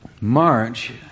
March